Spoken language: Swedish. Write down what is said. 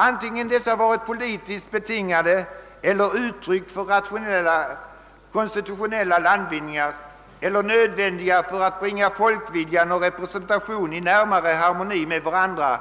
Antingen dessa varit politiskt betingade eller uttryck för rationella konstitutionella landvinningar eller nödvändiga för att bringa folkvilja och representation i närmare harmoni med varandra